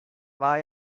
war